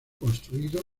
construido